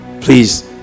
please